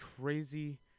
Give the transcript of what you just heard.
crazy